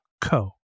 co